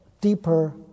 deeper